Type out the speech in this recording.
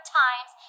times